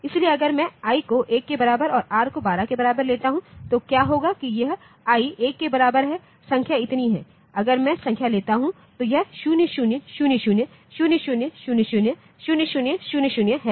इसलिए अगर मैं i को1 के बराबर और r को12 के बराबर लेता हूं तो क्या होगा कि यह i 1 के बराबर है संख्या इतनी है अगर मैं संख्या लेता हूं तो यह 0000 0000 0000 है